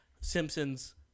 Simpsons